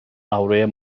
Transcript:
avroya